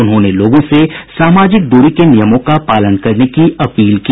उन्होंने लोगों से सामाजिक दूरी के नियमों का पालन करने की अपील की